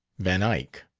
van eyck.